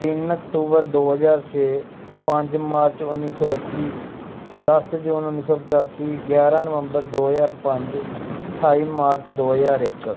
ਤਿੰਨ ਅਕਤੂਬਰ ਦੋ ਹਜ਼ਾਰ ਛੇ ਪੰਜ ਮਾਰਚ ਉੱਨੀ ਸੌ ਅੱਸੀ ਦਸ ਜੂਨ ਉੱਨੀ ਸੌ ਪਚਾਸੀ ਗਿਆਰਾਂ ਨਵੰਬਰ ਦੋ ਹਜ਼ਾਰ ਪੰਜ ਅਠਾਈ ਮਾਰਚ ਦੋ ਹਜ਼ਾਰ ਇੱਕ